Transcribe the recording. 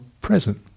present